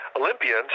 Olympians